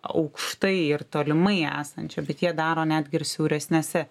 aukštai ir tolimai esančio bet jie daro netgi ir siauresnėse